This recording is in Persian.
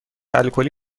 الکلی